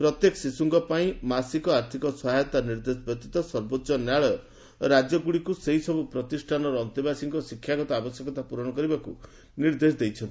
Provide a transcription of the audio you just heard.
ପ୍ରତ୍ୟେକ ଶିଶୁଙ୍କ ପାଇଁ ମାସିକ ଆର୍ଥକ ସହାୟତା ନିର୍ଦ୍ଦେଶ ବ୍ୟତୀତ ସର୍ବୋଚ୍ଚ ନ୍ୟାୟାଳୟ ରାଜ୍ୟଗୁଡ଼ିକୁ ସେହିସବୁ ପ୍ରତିଷ୍ଠାନର ଅନ୍ତେବାସୀଙ୍କ ଶିକ୍ଷାଗତ ଆବଶ୍ୟକତା ପୂରଣ କରିବାକୁ ନିର୍ଦ୍ଦେଶ ଦେଇଛନ୍ତି